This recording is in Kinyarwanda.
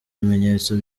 ibimenyetso